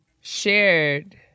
shared